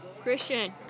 Christian